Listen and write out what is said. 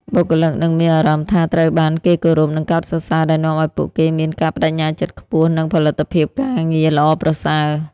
បុគ្គលិកនឹងមានអារម្មណ៍ថាត្រូវបានគេគោរព និងកោតសរសើរ ដែលនាំឱ្យពួកគេមាន ការប្ដេជ្ញាចិត្តខ្ពស់ និង ផលិតភាពការងារល្អប្រសើរ។